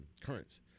currents